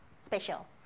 special